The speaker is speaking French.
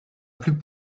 plus